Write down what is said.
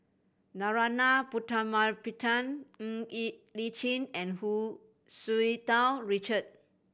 Narana Putumaippittan Ng Li Chin and Hu Tsu Tau Richard